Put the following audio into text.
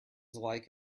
like